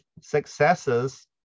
successes